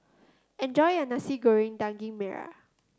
enjoy your Nasi Goreng Daging Merah